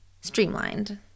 streamlined